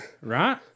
Right